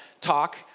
talk